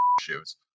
shoes